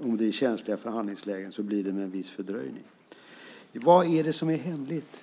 Om det är känsliga förhandlingslägen blir det med en viss fördröjning. Vad är det som är hemligt?